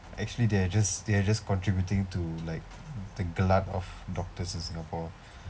actually they're just they are just contributing to like the glut of doctors in singapore